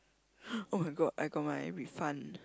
[oh]-my-god I got my refund